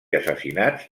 assassinats